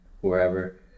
wherever